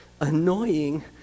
annoying